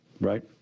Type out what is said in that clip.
right